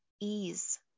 ease